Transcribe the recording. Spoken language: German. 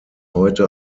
heute